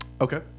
Okay